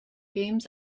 games